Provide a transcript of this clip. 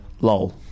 lol